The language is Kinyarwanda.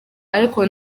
ariko